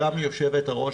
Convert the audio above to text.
גם יושבת-הראש,